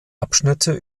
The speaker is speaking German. abschnitte